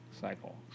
cycle